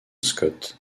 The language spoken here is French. scott